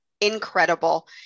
incredible